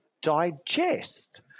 digest